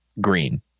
green